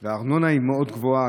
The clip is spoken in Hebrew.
רבות והארנונה היא מאוד גבוהה.